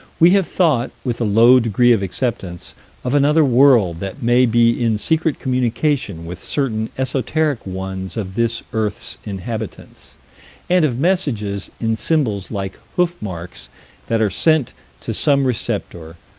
we have thought with a low degree of acceptance of another world that may be in secret communication with certain esoteric ones of this earth's inhabitants and of messages in symbols like hoof marks that are sent to some receptor,